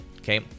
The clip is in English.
Okay